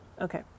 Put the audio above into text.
okay